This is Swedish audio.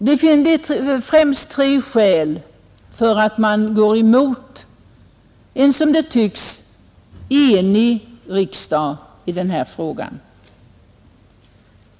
Det finns främst tre skäl för att gå emot en, som det tycks, enig riksdag i den här frågan.